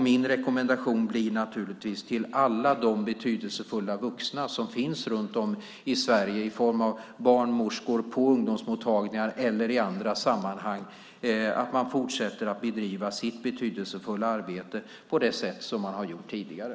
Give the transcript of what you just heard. Min rekommendation till alla de betydelsefulla vuxna som finns runt om i Sverige i form av barnmorskor på ungdomsmottagningar eller i andra sammanhang blir naturligtvis att man fortsätter att bedriva sitt betydelsefulla arbete på det sätt som man har gjort tidigare.